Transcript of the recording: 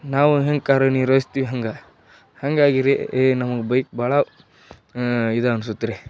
ನಾವು ಹೆಂಗೆ ಕಾರ್ಯನಿರ್ವಹಿಸ್ತಿವಿ ಹಂಗೆ ಹಾಗಾಗಿರಿ ಏನು ಬೈಕ್ ಭಾಳ ಇದು ಅನಿಸುತ್ರಿ